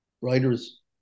writers